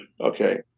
Okay